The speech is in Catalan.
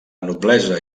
noblesa